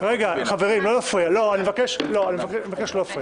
חברים, אני מבקש לא להפריע.